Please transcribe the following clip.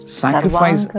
sacrifice